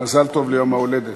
מזל טוב ליום ההולדת.